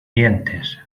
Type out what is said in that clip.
dientes